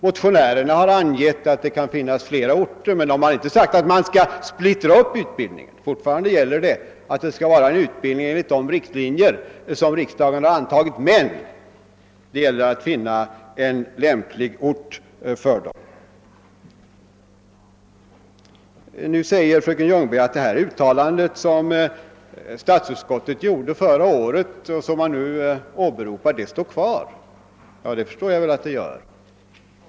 Motionärerna har angett att det kan finnas flera orter, men de har inte sagt att man skail splittra upp utbildningen. Fortfarande gäller att det skall vara en utbildning enligt de riktlinjer som dragits upp av riksdagen. Problemet är att finna lämplig utbildningsort. Fröken Ljungberg sade att statsutskottets uttalande förra året som nu åberopas står kvar, och det förstår jag väl att det gör.